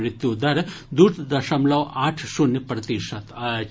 मृत्यु दर दू दशमलव आठ शून्य प्रतिशत अछि